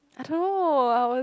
I know I was